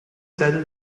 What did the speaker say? sede